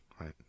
right